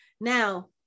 now